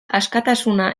askatasuna